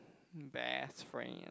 best friend